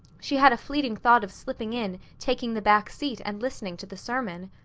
she had a fleeting thought of slipping in, taking the back seat and listening to the sermon.